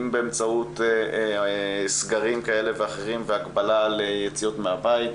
אם באמצעות סגרים כאלה ואחרים והגבלה על יציאות מהבית,